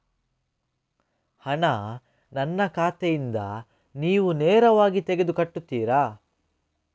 ಹಣ ನನ್ನ ಖಾತೆಯಿಂದ ನೀವು ನೇರವಾಗಿ ತೆಗೆದು ಕಟ್ಟುತ್ತೀರ?